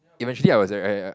eventually I was like !aiya!